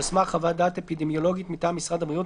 על סמך חוות דעת אפידמיולוגית מטעם משרד הבריאות,